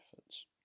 efforts